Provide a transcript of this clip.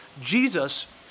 Jesus